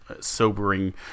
sobering